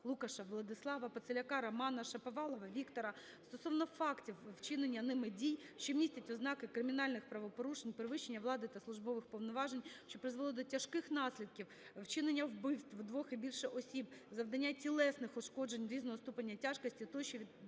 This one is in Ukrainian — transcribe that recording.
Лукаша Владислава, Пацеляка Романа, Шаповалова Віктора, стосовно фактів вчинення ними дій, що містять ознаки кримінальних правопорушень (перевищення влади та службових повноважень, що призвело до тяжких наслідків, вчинення вбивств двох і більше осіб, завдання тілесних ушкоджень різного ступеня тяжкості, тощо) відносно